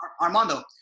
Armando